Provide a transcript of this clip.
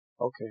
okay